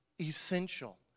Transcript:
essential